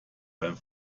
beim